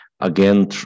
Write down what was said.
again